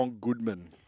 Goodman